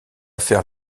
faire